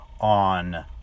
on